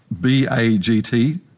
B-A-G-T